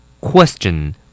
Question